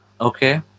Okay